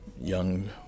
young